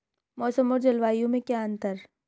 मौसम और जलवायु में क्या अंतर?